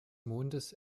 mondes